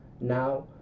now